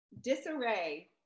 Disarray